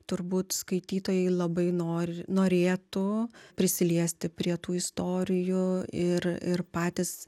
turbūt skaitytojai labai nori norėtų prisiliesti prie tų istorijų ir ir patys